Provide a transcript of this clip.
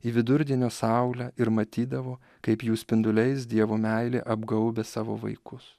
į vidurdienio saulę ir matydavo kaip jų spinduliais dievo meilė apgaubia savo vaikus